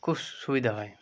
খুব সুবিধা হয়